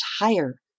higher